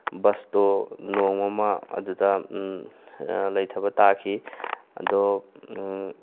ꯕꯁꯇꯣ ꯅꯣꯡꯃ ꯑꯃ ꯑꯗꯨꯗ ꯂꯩꯊꯕ ꯇꯥꯈꯤ ꯑꯗꯣ